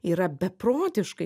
yra beprotiškai